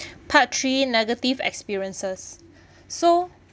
part three negative experiences so